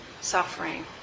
suffering